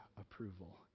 approval